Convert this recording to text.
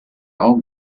all